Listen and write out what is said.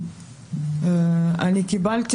אני קיבלתי